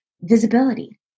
visibility